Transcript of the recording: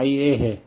यह Ia है